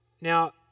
Now